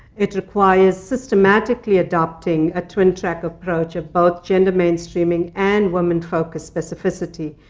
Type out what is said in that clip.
it requires systematically adopting a twin track approach of both gender mainstreaming and women-focused specificity,